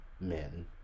men